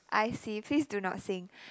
I see please do not sing